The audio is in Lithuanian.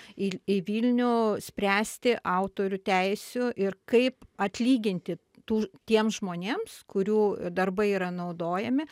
į į vilnių spręsti autorių teisių ir kaip atlyginti tų tiem žmonėms kurių darbai yra naudojami